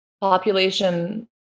population